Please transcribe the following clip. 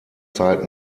zeit